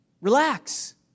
Relax